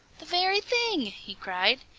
the very thing! he cried.